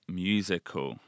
musical